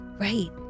Right